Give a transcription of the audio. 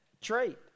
trait